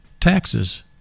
Taxes